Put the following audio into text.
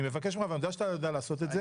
אני מבקש ממך, ואני יודע שאתה יודע לעשות את זה.